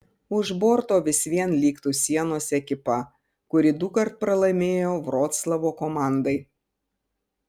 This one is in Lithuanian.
už borto vis vien liktų sienos ekipa kuri dukart pralaimėjo vroclavo komandai